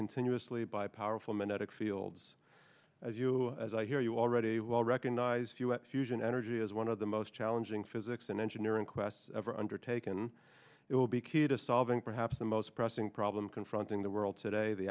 continuously by powerful men etic fields as you as i hear you already will recognize you at fusion energy is one of the most challenging physics and engineering quests ever undertaken it will be key to solving perhaps the most pressing problem confronting the world today the